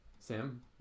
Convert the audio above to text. Sam